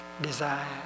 desire